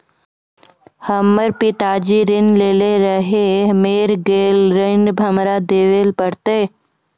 हमर पिताजी ऋण लेने रहे मेर गेल ऋण हमरा देल पड़त?